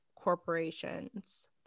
corporations